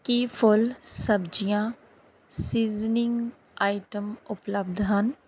ਕੀ ਫੁੱਲ ਸਬਜ਼ੀਆਂ seasoning item ਉਪਲੱਬਧ ਹਨ